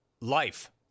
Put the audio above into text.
life